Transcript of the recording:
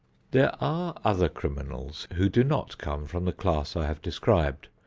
there are other criminals who do not come from the class i have described,